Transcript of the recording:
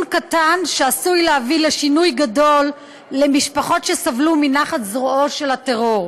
קטן שעשוי להביא לשינוי גדול למשפחות שסבלו מנחת זרועו של הטרור.